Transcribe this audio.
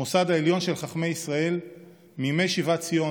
המוסד העליון של חכמי ישראל מימי שיבת ציון